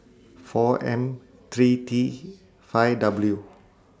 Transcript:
four M three T five W